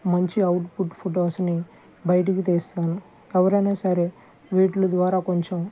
మంచి outfit photos ను బయటికి తీస్తాను ఎవరైనా సరే వీటిల ద్వారా కొంచెం